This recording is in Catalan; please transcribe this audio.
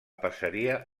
passaria